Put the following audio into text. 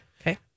Okay